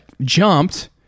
jumped